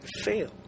fail